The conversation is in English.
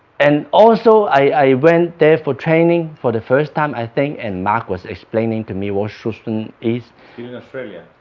and also, i went there for training for the first time i think and mark was explaining to me what schutzhund is still in australia?